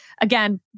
Again